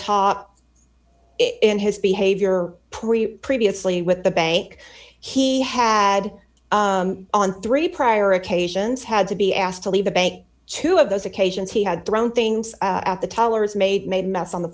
top in his behavior pre previously with the bank he had on three prior occasions had to be asked to leave the bank two of those occasions he had thrown things at the tellers made made a mess on the